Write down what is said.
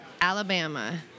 Alabama